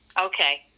Okay